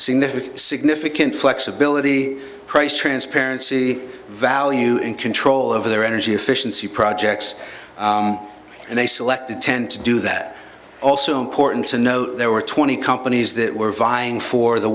significant significant flexibility price transparency value and control over their energy efficiency projects and they selected tend to do that also important to note there were twenty companies that were vying for the